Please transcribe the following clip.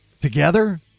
Together